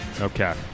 Okay